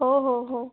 ହଉ ହଉ ହଉ